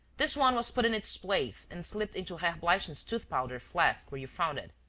this one was put in its place and slipped into herr bleichen's tooth-powder flask, where you found it.